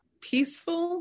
Peaceful